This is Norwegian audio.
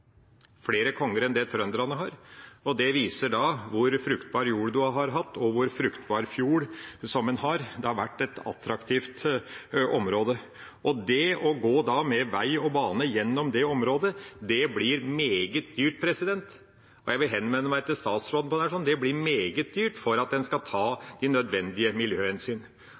flere konger enn det trønderne har. Det viser hvor fruktbar jorda og fjorden er her. Det har vært et attraktivt område. Det å føre vei og bane gjennom dette området blir meget dyrt. Jeg vil henvende meg til statsråden om dette. Det blir meget dyrt fordi en må ta de nødvendige miljøhensynene. For her står problemene i kø: Her er det dyrket jord, her er det kulturverdier, her er det bosetting, her er det en